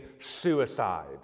suicide